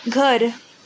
घर